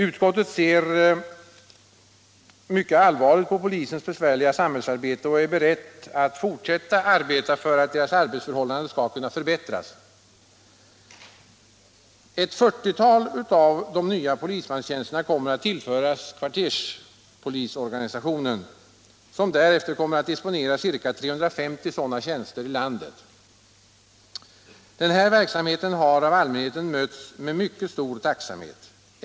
Utskottet ser mycket allvarligt på polisens besvärliga samhällsarbete och är berett att fortsätta verka för att polisens arbetsförhållanden skall kunna förbättras. Ett 40-tal av de nya polismanstjänsterna kommer att tillföras kvarterspolisorganisationen, som därefter kommer att disponera ca 350 sådana tjänster i landet. Den här verksamheten har av allmänheten mötts med mycket stor tacksamhet.